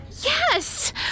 Yes